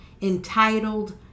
entitled